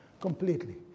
completely